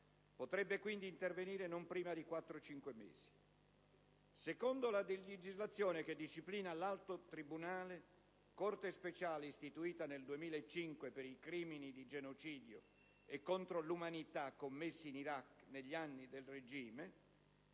potrebbe quindi intervenire non prima di quattro o cinque mesi. Secondo la legislazione che disciplina l'Alto tribunale (Corte speciale istituita nel 2005 per i crimini di genocidio e contro l'umanità commessi in Iraq negli anni del regime),